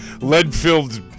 lead-filled